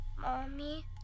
Mommy